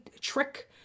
trick